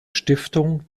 stiftung